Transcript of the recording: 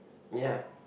ya